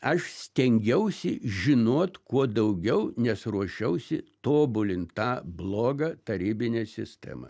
aš stengiausi žinot kuo daugiau nes ruošiausi tobulint tą blogą tarybinę sistemą